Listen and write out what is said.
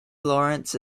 lawrence